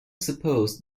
suppose